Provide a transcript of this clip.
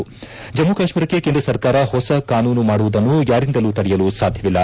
ಜಮ್ಗು ಕಾಶ್ಮೀರಕ್ಕೆ ಕೇಂದ್ರ ಸರ್ಕಾರ ಹೊಸ ಕಾನೂನು ಮಾಡುವುದನ್ನು ಯಾರಿಂದಲೂ ತಡೆಯಲು ಸಾಧ್ವವಿಲ್ಲ